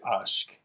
ask